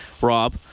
Rob